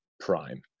prime